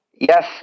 yes